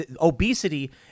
obesity